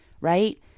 right